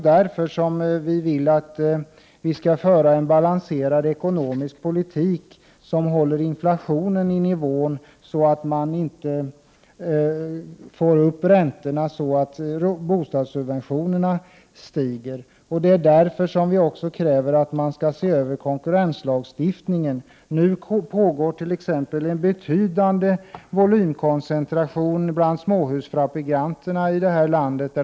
Därför vill vi också att vi skall föra en balanserad ekonomisk politik som håller inflationen i schack, så att inte räntorna går upp och bostadssubventionerna stiger. Därför kräver vi att man skall se över konkurrenslagstiftningen. Det är för närvarande en betydande volymkoncentration bland småhusfabrikanterna i det här landet.